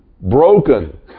broken